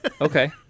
Okay